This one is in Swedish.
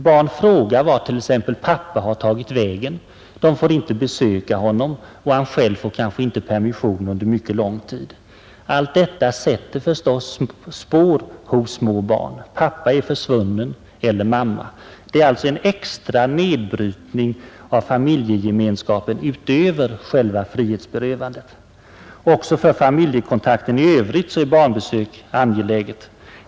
Barn frågar t.ex. vart pappa har tagit vägen — de får inte besöka honom och han själv får kanske inte permission under mycket lång tid. Detta sätter förstås spår hos små barn; pappa är försvunnen eller mamma. Det är en extra nedbrytning av familjegemenskapen som sker utöver själva frihetsberövandet. Också för familjekontakten i övrigt är barnbesök angelägna.